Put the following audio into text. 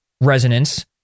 resonance